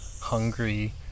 hungry